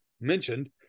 mentioned